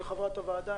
חברת הוועדה,